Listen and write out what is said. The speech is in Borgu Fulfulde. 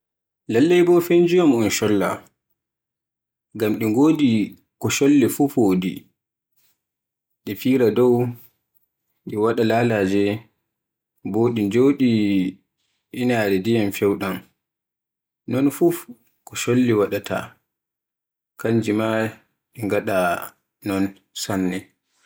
E mi laato ngondo wodi e suudu hore am Mo ɗereji e mi laato ngonɗo mo suudu didol e ko toye, ai gara mi laato mo suudu janngirde e ɗereji, ngam mi yiɗi jannde, mi yiɗi mi laato modibbo.